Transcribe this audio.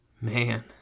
Man